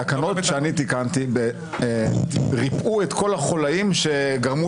התקנות שאני תיקנתי ריפאו את כל החוליים שגרמו